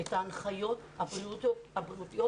את ההנחיות הבריאותיות.